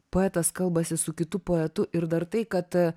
poetas kalbasi su kitu poetu ir dar tai kad